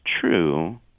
true